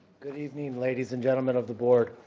good evening ladies and gentleman of the board.